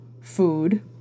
food